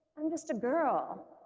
i'm just a girl.